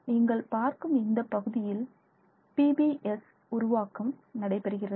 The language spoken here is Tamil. நீங்கள் பார்க்கும் இந்த பகுதியில் PbS உருவாக்கம் நடைபெறுகிறது